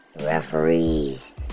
Referees